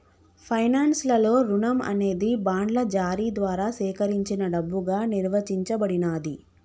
finance లలో రుణం అనేది బాండ్ల జారీ ద్వారా సేకరించిన డబ్బుగా నిర్వచించబడినాది